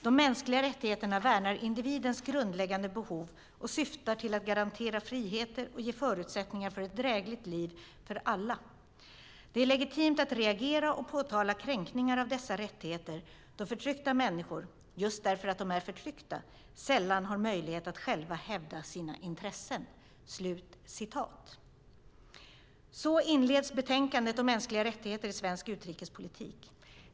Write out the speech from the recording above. De mänskliga rättigheterna värnar individens grundläggande behov och syftar till att garantera friheter och ge förutsättningar för ett drägligt liv för alla. Det är legitimt att reagera och påtala kränkningar av dessa rättigheter då förtryckta människor - just därför att de är förtryckta - sällan har möjlighet att själva hävda sina intressen." Så inleds betänkandet om mänskliga rättigheter i svensk utrikespolitik.